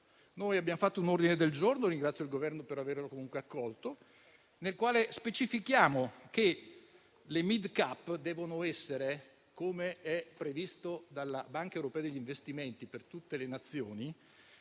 Abbiamo presentato un ordine del giorno - ringrazio il Governo per averlo accolto - nel quale specifichiamo che le *mid cap* devono essere - come previsto dalla Banca europea per gli investimenti per tutte le Nazioni